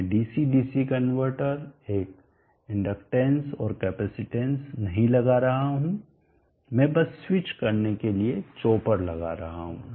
मैं DC DC converter एक inductance और कैपेसिटेंस नहीं लगा रहा हूं मैं बस स्विच करने के लिए चॉपर लगा रहा हूं